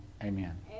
Amen